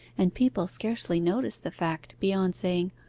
and people scarcely notice the fact beyond saying,